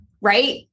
right